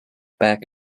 back